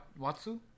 Watsu